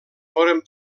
foren